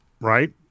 right